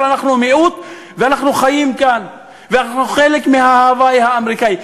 אנחנו מיעוט ואנחנו חיים כאן ואנחנו חלק מההווי האמריקני?